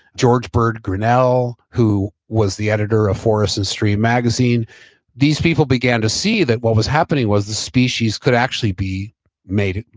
george bird grinnell, who was the editor of forrest and stream magazine these people began to see that what was happening was the species could actually be made,